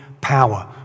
power